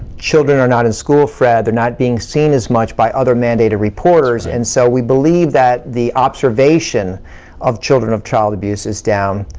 children are not in school, fred, they're not being seen as much by other mandated reporters, and so we believe that the observation of children of child abuse is down.